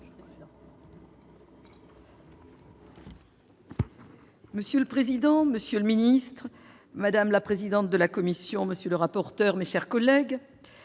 Monsieur le président, monsieur le ministre, madame la présidente de la commission, monsieur le rapporteur, je tiens tout